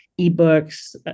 eBooks